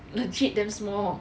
legit damn small